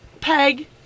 Peg